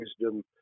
wisdom